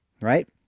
right